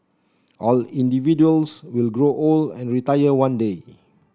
all individuals will grow old and retire one day